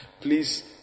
Please